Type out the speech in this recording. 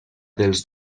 dels